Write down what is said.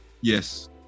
yes